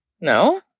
No